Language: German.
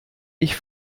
ich